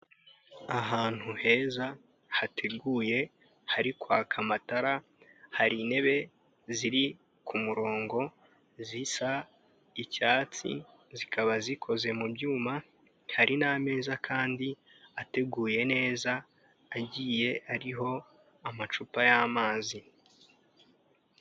Ahantu heza hateguye hari kwaka amatara, hari intebe ziri ku murongo zisa icyatsi, zikaba zikoze mu byuma, hari n'ameza kandi ateguye neza, agiye ariho amacupa y'amazi.